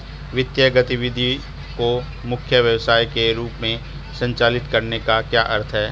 वित्तीय गतिविधि को मुख्य व्यवसाय के रूप में संचालित करने का क्या अर्थ है?